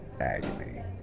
agony